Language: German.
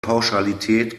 pauschalität